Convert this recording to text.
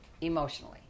emotionally